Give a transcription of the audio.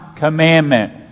commandment